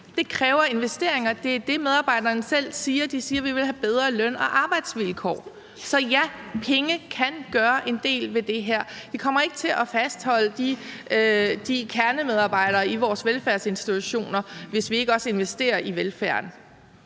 Det kræver investeringer. Det er det, medarbejderne selv siger. De siger: Vi vil have bedre løn- og arbejdsvilkår. Så ja, penge kan gøre en del ved det her. Vi kommer ikke til at fastholde kernemedarbejdere i vores velfærdsinstitutioner, hvis vi ikke også investerer i velfærden.